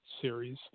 series